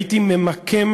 הייתי ממקם